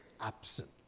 absent